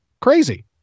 Crazy